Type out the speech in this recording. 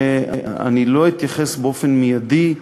אני לא אתייחס באופן מיידי,